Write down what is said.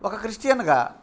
ఒక క్రిస్టియన్గా